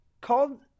called